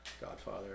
Godfather